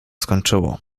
skończyło